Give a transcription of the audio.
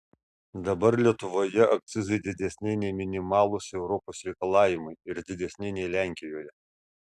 dabar lietuvoje akcizai didesni nei minimalūs europos reikalavimai ir didesni nei lenkijoje